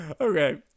Okay